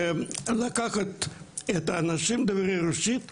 לקחת אנשים דוברי רוסית לכל הסניפים